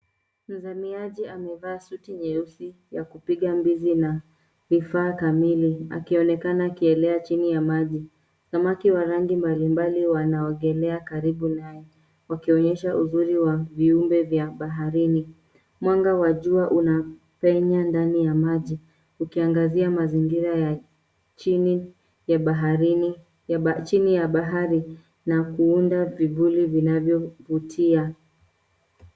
Mzamiaji amevaa suti nyeusi ya kupiga mbizi na vifaa kamili akionekana akielea chini ya maji. Samaki wa rangi mbalimbali wanaogelea karibu naye wakionyesha uzuri wa viumbe vya baharini. Mwanga wa jua unapenya ndani ya maji ukiangazia mazingira ya chini ya bahari na kuunda vivuli vinavyovutia.